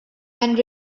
and